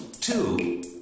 two